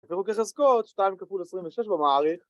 פירוק לחזקות 2 כפול 26 במעריך